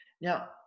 now